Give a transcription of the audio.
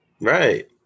Right